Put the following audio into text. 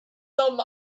some